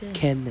canned eh